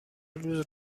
روز